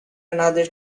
another